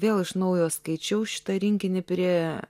vėl iš naujo skaičiau šitą rinkinį prie